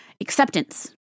acceptance